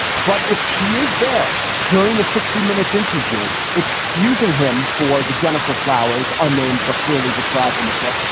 but if she is there during the sixty minutes interview excusing him for the gennifer flowers, unnamed but clearly described in the book,